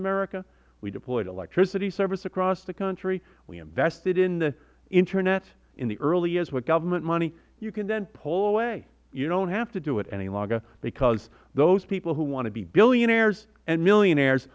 america we deployed electricity service across the country we invested in the internet in the early years with government money you can then pull away you don't have to do it any longer because those people who want to be millionaires and billionaires